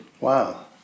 Wow